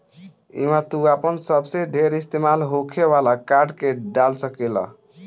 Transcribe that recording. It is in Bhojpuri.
इहवा तू आपन सबसे ढेर इस्तेमाल होखे वाला कार्ड के डाल सकेल